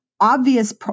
obvious